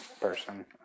person